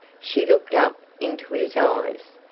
she looked up into his eyes,